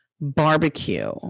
barbecue